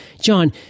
John